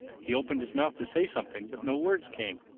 he opened his mouth to say something but no words came.